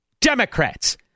Democrats